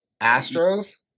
Astros